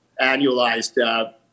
annualized